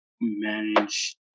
manage